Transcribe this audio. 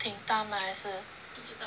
挺大吗还是